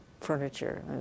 furniture